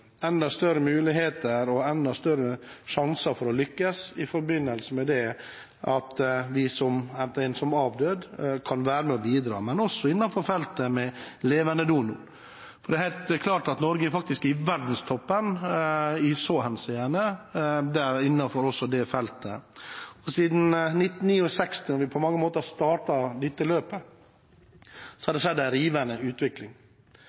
enda større muligheter og enda større sjanser for å lykkes i forbindelse med det at en som avdød kan være med og bidra, men også innenfor feltet med levende donor. Det er helt klart at Norge faktisk er i verdenstoppen i så henseende, også innenfor det feltet. Siden 1969, da vi på mange måter startet dette løpet, har det skjedd en rivende utvikling.